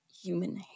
human